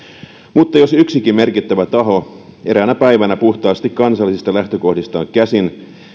mutta jos yksikin merkittävä taho eräänä päivänä puhtaasti kansallisista lähtökohdistaan käsin